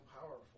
powerful